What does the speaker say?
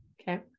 okay